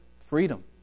freedom